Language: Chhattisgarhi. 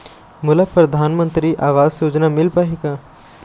मोला परधानमंतरी आवास योजना मिल पाही का?